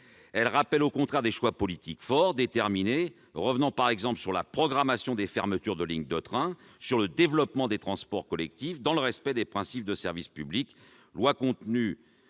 Elles appellent, au contraire, des choix politiques forts, déterminés, revenant par exemple sur la programmation des fermetures de lignes de train, sur le développement des transports collectifs, dans le respect des principes de service public- loi du contenu